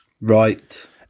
right